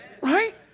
Right